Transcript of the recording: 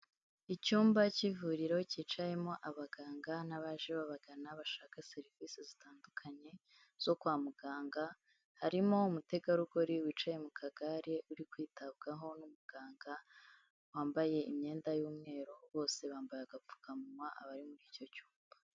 Icyumba cy'ivuriro cyicayemo abaganga n'abaje babagana bashaka serivisi zitandukanye zo kwa muganga, harimo umutegarugori wicaye mu kagare uri kwitabwaho n'umuganga wambaye imyenda y'umweru, bose bambaye agapfukamuma abari muri icyo cyumba.